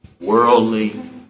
worldly